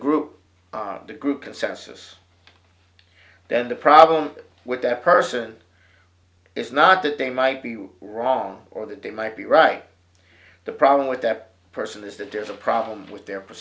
group the group consensus then the problem with that person is not that they might be wrong or that they might be right the problem with that person is that there's a problem with the